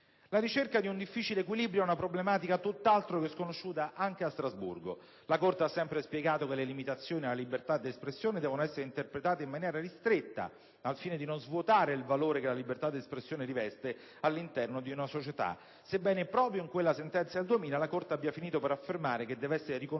La ricerca di un difficile equilibrio è una problematica tutt'altro che sconosciuta anche a Strasburgo. La Corte ha sempre spiegato che le limitazioni alla libertà d'espressione devono essere interpretate in maniera ristretta al fine di non svuotare il valore che la libertà d'espressione riveste all'interno di una società, sebbene proprio nella citata sentenza 28 settembre 2000 la Corte abbia finito per affermare che deve essere riconosciuto